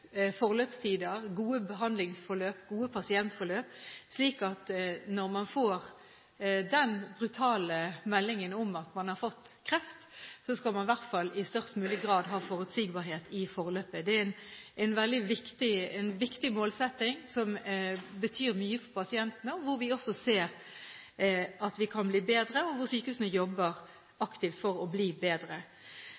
forløpstider, gode behandlingsforløp, gode pasientforløp. Så når man får den brutale meldingen om at man har kreft, skal man i hvert fall i størst mulig grad ha et forutsigbart forløp. Dette er en veldig viktig målsetting som betyr mye for pasientene, og hvor vi ser at vi kan bli bedre, og hvor sykehusene jobber